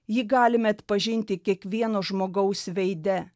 jį galime atpažinti kiekvieno žmogaus veide